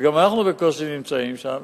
וגם אנחנו בקושי נמצאים שם.